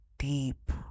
deep